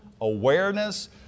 awareness